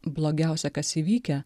blogiausia kas įvykę